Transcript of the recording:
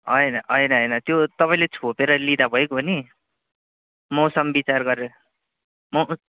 होइन होइन होइन त्यो तपाईँले छोपेर ल्याउँदा भइगयो नि मौसम विचार गरेर